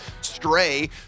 stray